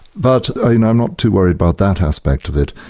but ah you know i'm not too worried about that aspect of it.